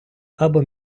або